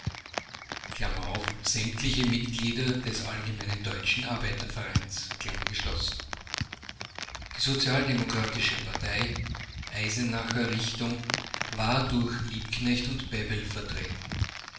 sämtlich mitglieder des allgemeinen deutschen arbeiter vereins die sozialdemokratische partei eisenacher richtung war durch liebknecht und bebel vertreten